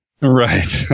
right